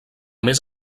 més